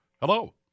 Hello